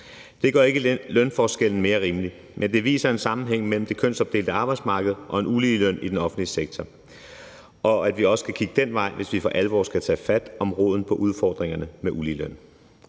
Det gør ikke lønforskellen mere rimelig, men det viser en sammenhæng mellem det kønsopdelte arbejdsmarked og en ulige løn i den offentlige sektor, og at vi også skal kigge den vej, hvis vi for alvor skal tage fat om roden i forhold til udfordringerne med ulige løn.